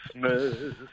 Christmas